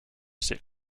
sit